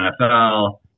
NFL